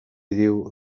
diu